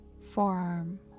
forearm